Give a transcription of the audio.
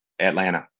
Atlanta